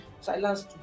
silence